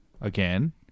again